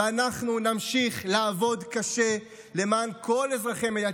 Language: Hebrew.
ואנחנו נמשיך לעבוד קשה למען כל אזרחי מדינת